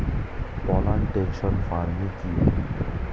Plantation farming কি?